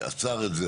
עצר את זה,